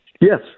Yes